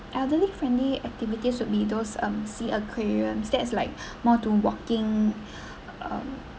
elderly friendly activities would be those um sea aquariums that is like more to walking um